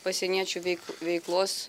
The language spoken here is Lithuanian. pasieniečių bei veiklos